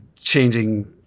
changing